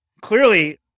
clearly